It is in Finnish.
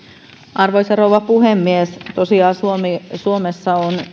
arvoisa rouva puhemies tosiaan suomessa on